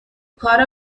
کار